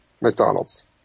McDonald's